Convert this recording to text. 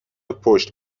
پشت